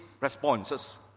responses